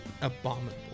Abominable